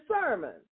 sermon